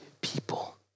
people